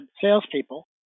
salespeople